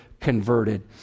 converted